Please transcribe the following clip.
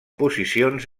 posicions